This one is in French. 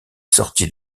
sortie